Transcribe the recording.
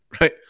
right